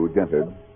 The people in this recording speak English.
Entered